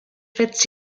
fits